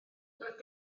doedd